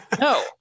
No